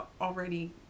already